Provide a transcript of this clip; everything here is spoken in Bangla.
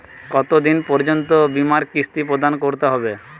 কতো দিন পর্যন্ত বিমার কিস্তি প্রদান করতে হবে?